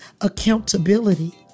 accountability